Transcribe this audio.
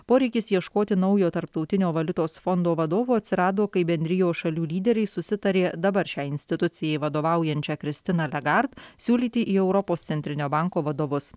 poreikis ieškoti naujo tarptautinio valiutos fondo vadovo atsirado kai bendrijos šalių lyderiai susitarė dabar šiai institucijai vadovaujančią kristiną legart siūlyti į europos centrinio banko vadovus